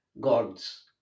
God's